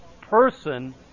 person